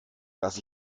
dass